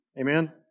Amen